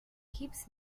keeps